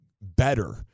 better